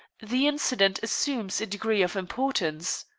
the incident assumes a degree of importance.